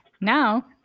now